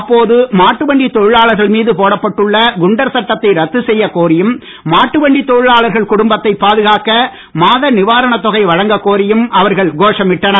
அப்போது மாட்டுவண்டி தொழிலாளர்கள் மீது போடப்பட்டுள்ள குண்டர் சட்டத்தை ரத்து செய்யக் கோரியும் மாட்டுவண்டி தொழிலாளர்கள் குடும்பத்தை பாதுகாக்க மாத நிவாரணத் தொகை வழங்க கோரியும் அவர்கள் கோஷமிட்டனர்